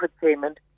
payment